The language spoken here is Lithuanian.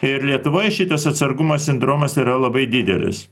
ir lietuvoje šitas atsargumo sindromas yra labai didelis